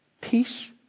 peace